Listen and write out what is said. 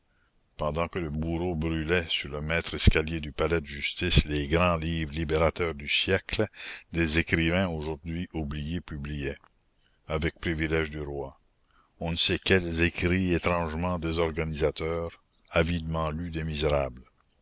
pendant que le bourreau brûlait sur le maître escalier du palais de justice les grands livres libérateurs du siècle des écrivains aujourd'hui oubliés publiaient avec privilège du roi on ne sait quels écrits étrangement désorganisateurs avidement lus des misérables